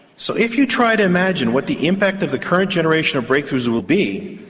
so if you try to imagine what the impact of the current generation of breakthroughs will be,